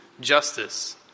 justice